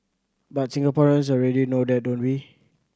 but Singaporeans already know that don't we